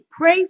Pray